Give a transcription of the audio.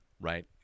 right